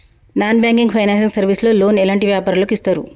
Non banking finance service లో loan ఎలాంటి వ్యాపారులకు ఇస్తరు?